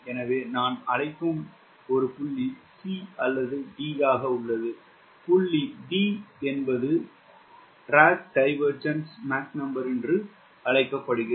எனவே நான் அழைக்கும் ஒரு புள்ளி c அல்லது d உள்ளது புள்ளி d உள்ளது அதை ட்ராக் டைவேர்ஜ்ன்ஸ் மாக் எண் என்று அழைக்கப்படுகிறது